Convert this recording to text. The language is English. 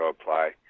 apply